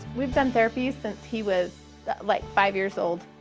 we've done therapy since he was like five years old.